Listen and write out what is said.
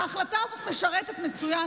ההחלטה הזאת משרתת מצוין,